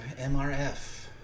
MRF